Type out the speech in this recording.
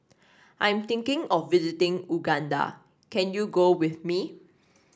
I am thinking of visiting Uganda can you go with me